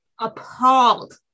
appalled